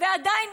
ועדיין,